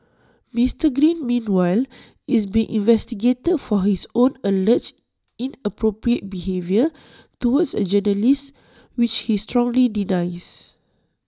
Mister green meanwhile is being investigated for his own alleged inappropriate behaviour towards A journalist which he strongly denies